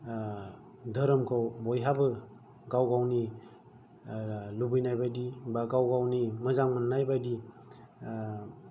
धोरोमखौ बयहाबो गाव गावनि लुबैनायबायदि बा गाव गावनि मोजां मोननायबायदि